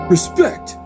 Respect